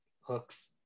hooks